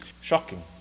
Shocking